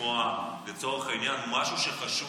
לצורך העניין משהו שחשוב